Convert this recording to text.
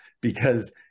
because-